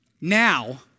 Now